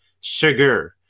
sugar